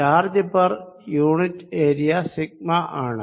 charge per unit area sigma ആണ്